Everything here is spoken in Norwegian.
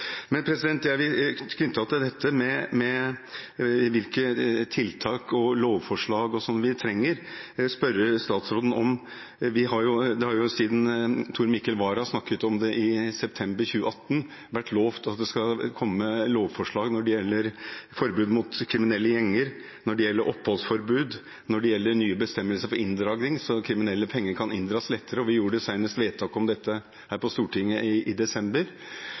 Jeg har, knyttet til hvilke tiltak og lovforslag vi trenger, et spørsmål til statsråden. Det har siden Tor Mikkel Wara snakket om det i september 2018, vært lovt at det skal komme lovforslag når det gjelder forbud mot kriminelle gjenger, oppholdsforbud og nye bestemmelser for inndragning, slik at kriminelle penger kan inndras lettere. Vi gjorde vedtak om dette på Stortinget senest i desember.